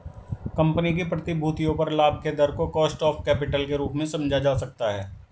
company की प्रतिभूतियों पर लाभ के दर को कॉस्ट ऑफ कैपिटल के रूप में समझा जा सकता है